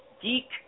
Geek